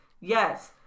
Yes